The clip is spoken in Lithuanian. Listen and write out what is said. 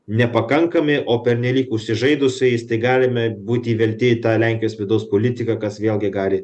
nepakankami o pernelyg užsižaidus su jais tai galime būti įvelti į tą lenkijos vidaus politiką kas vėlgi gali